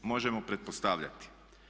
Možemo pretpostavljati.